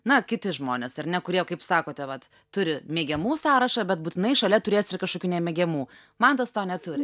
na kiti žmonės ar ne kurie kaip sakote vat turi mėgiamų sąrašą bet būtinai šalia turės ir kažkokių nemėgiamų mantas to neturi